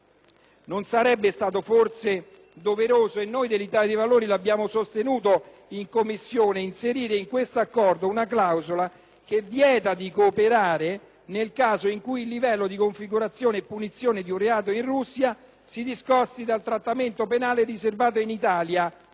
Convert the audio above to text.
Non sarebbe stato forse doveroso - e noi dell'Italia dei Valori lo abbiamo sostenuto in Commissione - inserire in tale Accordo una clausola che vieta di cooperare nel caso in cui il livello di configurazione e punizione di un reato in Russia si discosti dal trattamento penale riservato in Italia